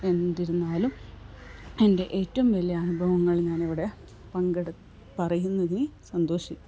എന്നിരുന്നാലും എൻ്റെ ഏറ്റവും വലിയ അനുഭവങ്ങൾ ഞാൻ ഇവിടെ പങ്കെടുത്ത് പറയുന്നതിൽ സന്തോഷിക്കുക